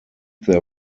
their